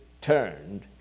turned